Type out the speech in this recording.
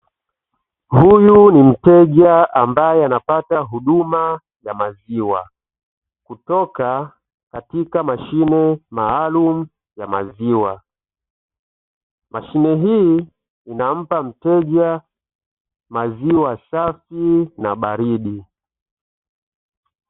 Huyu ni mteja ambaye anapata huduma ya maziwa kutoka katika mashine maalumu ya maziwa, mashine hii inampa mteja maziwa safi na baridi.